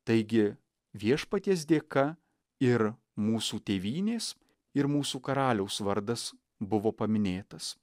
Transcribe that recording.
taigi viešpaties dėka ir mūsų tėvynės ir mūsų karaliaus vardas buvo paminėtas